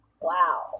Wow